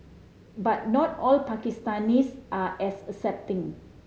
but not all Pakistanis are as accepting